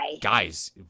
guys